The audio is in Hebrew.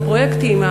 לפרויקטים.